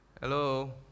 hello